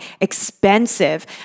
expensive